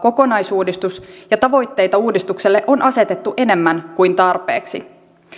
kokonaisuudistus ja tavoitteita uudistukselle on asetettu enemmän kuin tarpeeksi